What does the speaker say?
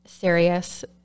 serious